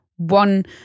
one